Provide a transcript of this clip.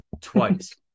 twice